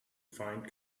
find